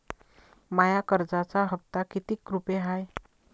माया कर्जाचा हप्ता कितीक रुपये हाय?